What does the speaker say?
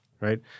right